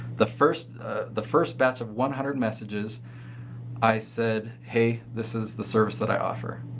the first the first batch of one hundred messages i said, hey, this is the service that i offer.